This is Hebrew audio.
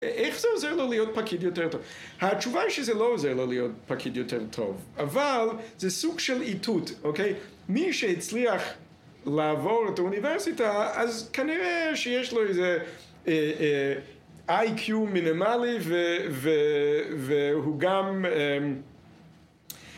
איך זה עוזר לו להיות פקיד יותר טוב? התשובה היא שזה לא עוזר לו להיות פקיד יותר טוב אבל זה סוג של איתות, אוקיי? מי שהצליח לעבור את האוניברסיטה אז כנראה שיש לו איזה איי-קיו מינימלי והוא גם...